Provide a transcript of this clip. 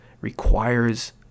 requires